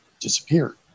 disappeared